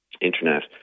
Internet